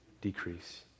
Decrease